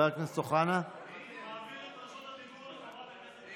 אני מעביר את רשות הדיבור לחברת הכנסת דיסטל.